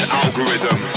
algorithm